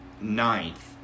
ninth